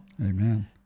Amen